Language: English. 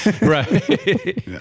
Right